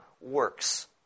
works